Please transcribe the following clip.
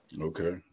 okay